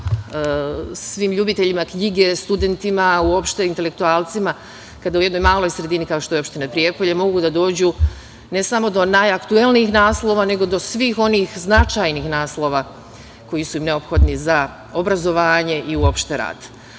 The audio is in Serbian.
svim ljubiteljima knjige, studentima, uopšte intelektualcima, kada u jednoj maloj sredini kao što je opština Prijepolje, mogu da dođu ne samo do najaktuelnijih naslova, nego do svih onih značajnih naslova koji su im neophodni za obrazovanje i uopšte